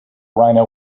rhino